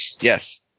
Yes